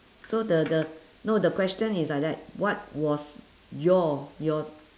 so the the no the question is like that what was your your